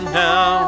now